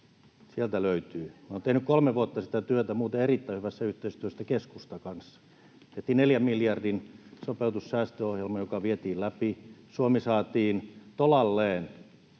Minä olen tehnyt kolme vuotta sitä työtä, muuten erittäin hyvässä yhteistyössä keskustan kanssa. Tehtiin neljän miljardin sopeutussäästöohjelma, joka vietiin läpi. Suomi saatiin tolalleen,